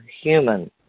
human